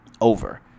over